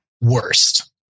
worst